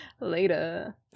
Later